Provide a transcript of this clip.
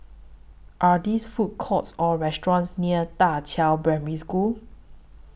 Are There Food Courts Or restaurants near DA Qiao Primary School